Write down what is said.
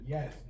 Yes